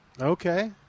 Okay